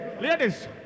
ladies